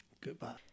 Goodbye